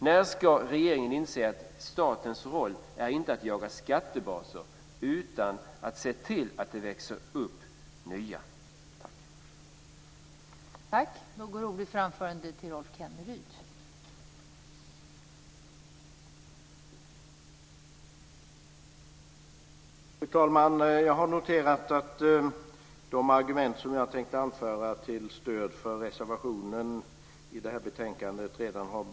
När ska regeringen inse att statens roll inte är att jaga skattebaser utan se till att det växer upp nya?